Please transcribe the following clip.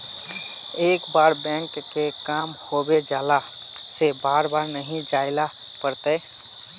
एक बार बैंक के काम होबे जाला से बार बार नहीं जाइले पड़ता?